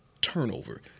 turnover